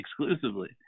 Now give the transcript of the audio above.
exclusively